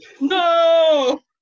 No